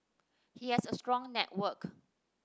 he has a strong network